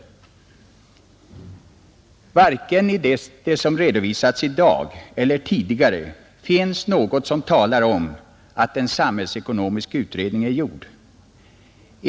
Varken i det som redovisats i dag eller i tidigare redogörelser finns något som talar om att en samhällsekonomisk utredning är gjord.